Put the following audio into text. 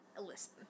Listen